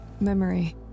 Memory